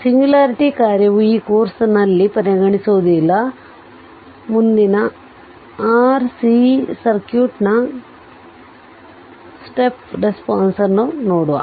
singularity ಕಾರ್ಯವು ಈ ಕೋರ್ಸ್ನಲ್ಲಿ ಪರಿಗಣಿಸುವುದಿಲ್ಲ ಮುಂದಿನದು RC ಸರ್ಕ್ಯೂಟ್ ನ ಸ್ಟೆಪ್ ರೇಸ್ಪೋಂಸ್ ಆಗಿದೆ